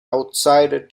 outsider